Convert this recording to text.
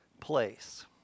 place